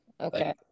Okay